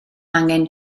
angen